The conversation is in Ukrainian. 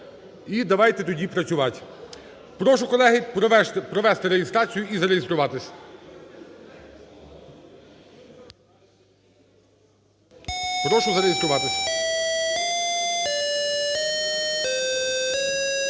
І давайте тоді працювать. Прошу, колеги, провести реєстрацію і зареєструватись. Прошу зареєструватись.